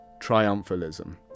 triumphalism